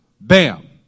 bam